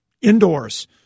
indoors